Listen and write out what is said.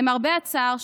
למרבה הצער,